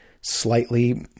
slightly